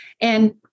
And-